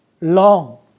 long